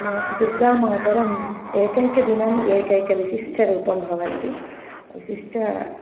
मा दुर्गामातरं एकैकदिनम् एकैकविशिष्टरूपं भवन्ति विशिष्टम्